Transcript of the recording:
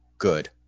good